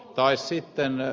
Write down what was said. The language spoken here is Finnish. tai sitten ed